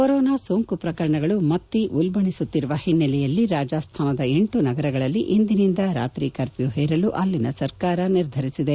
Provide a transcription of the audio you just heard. corona ಸೋಂಕು ಪ್ರಕರಣಗಳು ಮತ್ತೆ ಉಲ್ಬಣಿಸುತ್ತಿರುವ ಹಿನ್ನೆಲೆಯಲ್ಲಿ ರಾಜಸ್ಥಾನದ ಲ ನಗರಗಳಲ್ಲಿ ಇಂದಿನಿಂದ ರಾತ್ರಿ ಕರ್ಫ್ಯೂ ಹೇರಲು ಅಲ್ಲಿನ ಸರ್ಕಾರ ನಿರ್ಧರಿಸಿದೆ